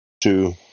two